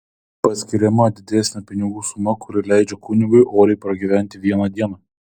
paskiriama didesnė pinigų suma kuri leidžia kunigui oriai pragyventi vieną dieną